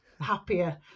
happier